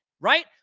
right